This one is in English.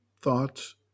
thoughts